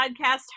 podcast